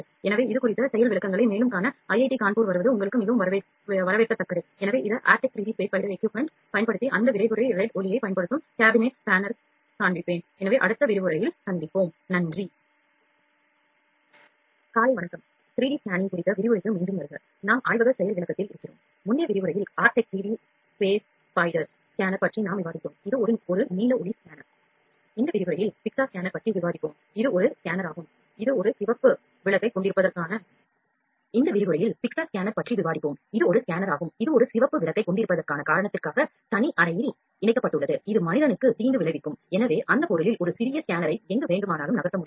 எனவே அந்த பொருளில் ஒரு சிறிய ஸ்கேனரை எங்கு வேண்டுமானாலும் நகர்த்த முடியும்